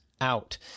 out